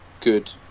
good